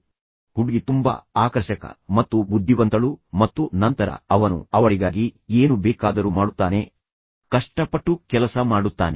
ನೀವು ಸೋತವರು ಮತ್ತು ಸೋತವರಿಗೆ ನಾನು ನನ್ನ ವಾಗ್ದಾನವನ್ನು ಏಕೆ ಅನುಸರಿಸಬೇಕು ಮತ್ತು ನಂತರ ನಾನು ನೀವು ನಿಮ್ಮದನ್ನು ಮಾಡಿದ್ದರೆ ಮತ್ತು ನೀವು ವಿಜೇತರಾಗಿದ್ದರೆ ನನ್ನ ವಾಗ್ದಾನವನ್ನು ಉಳಿಸಿಕೊಳ್ಳುತ್ತೇನೆ